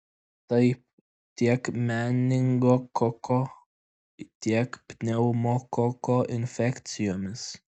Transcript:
taip tiek meningokoko tiek pneumokoko infekcijoms